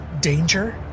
danger